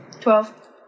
Twelve